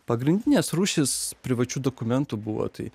pagrindinės rūšys privačių dokumentų buvo tai